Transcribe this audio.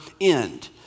end